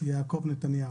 יעקב נתניהו.